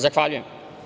Zahvaljujem.